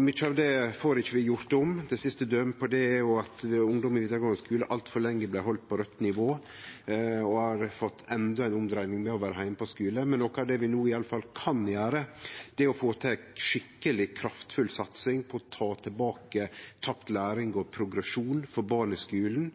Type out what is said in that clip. Mykje av det får vi ikkje gjort om. Det siste dømet på det er at ungdom i vidaregåande skule altfor lenge blei haldne på raudt nivå og har fått endå ei omdreiing med å vere heime frå skulen. Men noko av det vi i alle fall kan gjere no, er å få til ei skikkeleg kraftfull satsing på å ta tilbake tapt læring og progresjon for barn i skulen,